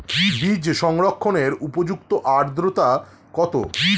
বীজ সংরক্ষণের উপযুক্ত আদ্রতা কত?